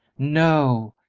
no,